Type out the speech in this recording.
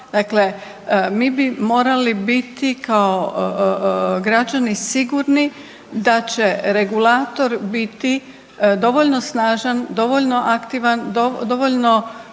Dakle, mi bi morali biti kao građani sigurni da će regulator biti dovoljno snažan, dovoljno aktivan, dovoljno